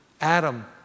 Adam